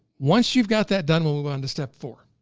once you've got that done, we'll move on to step four.